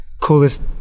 coolest